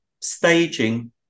staging